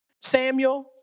Samuel